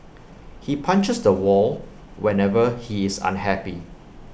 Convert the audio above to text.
he punches the wall whenever he is unhappy